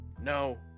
no